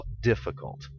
difficult